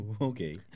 okay